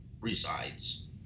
resides